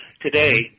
today